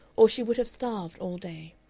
or she would have starved all day.